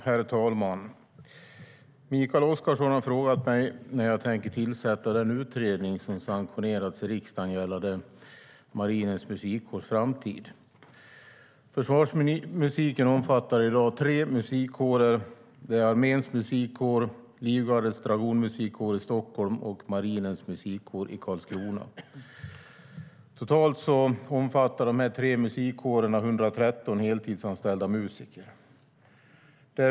Herr talman! Mikael Oscarsson har frågat mig när jag tänker tillsätta den utredning som sanktionerats i riksdagen gällande Marinens musikkårs framtid. Försvarsmusiken omfattar i dag tre musikkårer. Det är Arméns musikkår och Livgardets dragonmusikkår i Stockholm och Marinens musikkår i Karlskrona. Totalt omfattar dessa tre musikkårer 113 heltidsanställda musiker.